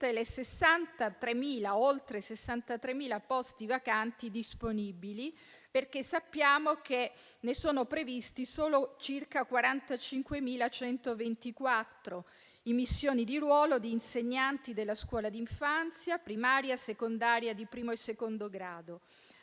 tutti gli oltre 63.000 posti vacanti disponibili, perché sappiamo che sono previste solo circa 45.124 immissioni di ruolo di insegnanti della scuola d'infanzia, primaria, secondaria di primo e secondo grado,